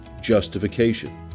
justification